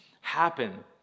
happen